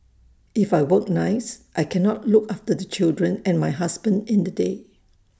if I work nights I cannot look after the children and my husband in the day